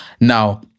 Now